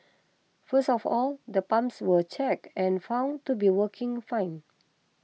first of all the pumps were checked and found to be working fine